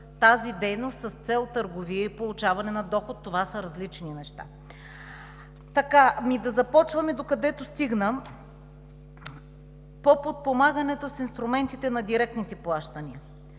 тази дейност с цел търговия и получаване на доход – това са различни неща. Да започвам и докъдето стигна. По подпомагането с инструментите на директните плащания